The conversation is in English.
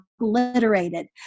obliterated